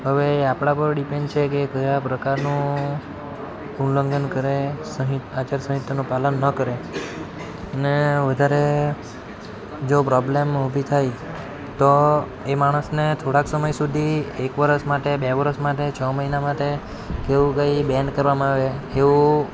હવે એ આપણાં પર ડિપેન્ડ છે એ કયા પ્રકારનું ઉલ્લંઘન કરે સહિત આચાર સંહિતાનું પાલન ન કરે અને વધારે જો પ્રોબ્લેમ ઉભી થઈ તો એ માણસને થોડાક સમય સુધી એક વરસ માટે બે વરસ માટે છ મહિના માટે કે એવું કંઈ બેન કરવામાં આવે એવું